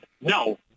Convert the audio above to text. No